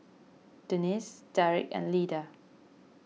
Denisse Derrick and Lida